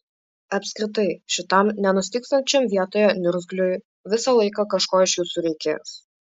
apskritai šitam nenustygstančiam vietoje niurzgliui visą laiką kažko iš jūsų reikės